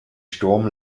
sturm